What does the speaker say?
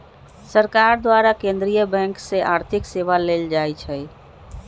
सरकार द्वारा केंद्रीय बैंक से आर्थिक सेवा लेल जाइ छइ